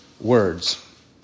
words